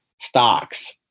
stocks